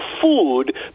food